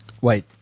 Wait